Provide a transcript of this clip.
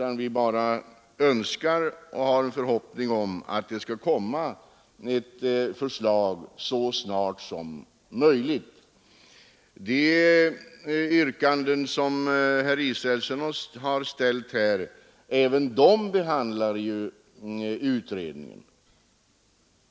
Vi har bara en förhoppning att det skall läggas fram ett förslag så snart som möjligt. Även de yrkanden som herr Israelsson har ställt här behandlas redan av utredningen.